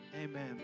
amen